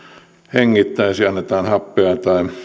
hengittäisi annetaan happea